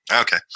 Okay